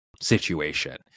situation